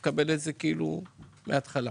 אני מקבל הכל מהתחלה.